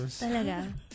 Talaga